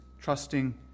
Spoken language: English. trusting